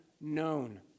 known